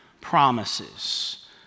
promises